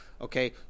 Okay